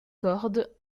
corde